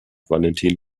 valentin